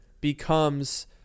becomes